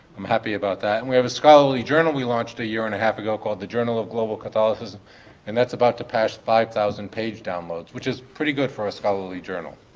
i'm happy about that. and we have a scholarly journal that we launched a year and a half ago called the journal of global catholicism and that's about to pass five thousand page downloads, which is pretty good for ah scholarly journal.